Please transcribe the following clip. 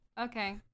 okay